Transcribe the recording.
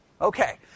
Okay